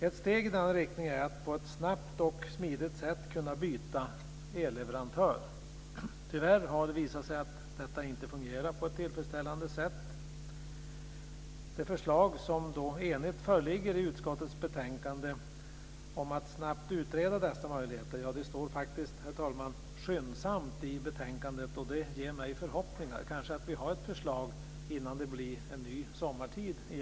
Ett steg i den riktningen handlar om att på ett snabbt och smidigt sätt kunna byta elleverantör. Tyvärr har det visat sig att detta inte fungerar på ett tillfredsställande sätt. Ett enhälligt förslag föreligger i utskottets betänkande om att snabbt utreda dessa möjligheter. Det står faktiskt, herr talman, "skyndsamt" i betänkandet. Det ger mig förhoppningar. Kanske har vi ett förslag innan det blir en ny sommartid.